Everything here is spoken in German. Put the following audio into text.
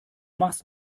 machst